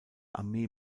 armee